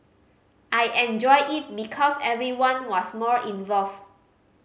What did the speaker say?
I enjoyed it because everyone was more involved